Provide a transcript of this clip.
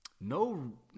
No